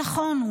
שנכון,